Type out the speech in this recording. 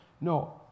No